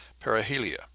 perihelia